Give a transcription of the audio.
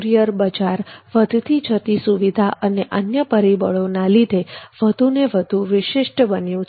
courier બજાર વધતી જતી સુવિધાઓ અને અન્ય પરિબળોના લીધે વધુ ને વધુ વિશિષ્ટ બન્યુ છે